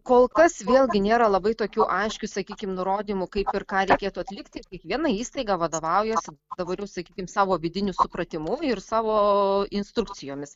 kol kas vėlgi nėra labai tokiu aiškių sakykim nurodymų kaip ir ką reikėtų atlikti kiekviena įstaiga vadovaujasi dabar jau sakykim savo vidiniu supratimu ir savo instrukcijomis